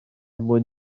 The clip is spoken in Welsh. mwyn